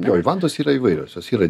jo vantos yra įvairios jos yra